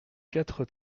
quatre